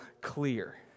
clear